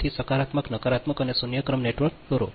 તેથી સકારાત્મક નકારાત્મક અને શૂન્ય ક્રમ નેટવર્ક દોરો